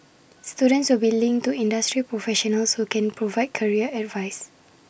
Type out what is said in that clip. students will be linked to industry professionals who can provide career advice